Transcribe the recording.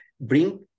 bring